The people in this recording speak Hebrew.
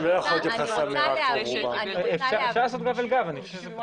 אני לא יכול להתייחס לרוב רובם של המקרים.